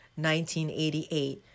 1988